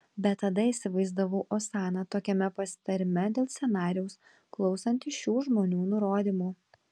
bet tada įsivaizdavau osaną tokiame pasitarime dėl scenarijaus klausantį šių žmonių nurodymų